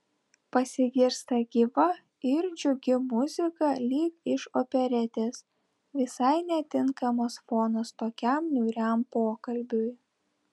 pasigirsta gyva ir džiugi muzika lyg iš operetės visai netinkamas fonas tokiam niūriam pokalbiui